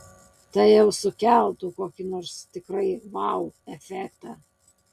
tai jau sukeltų kokį nors tikrai vau efektą